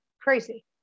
crazy